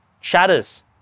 shatters